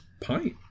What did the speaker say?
Pint